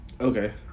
Okay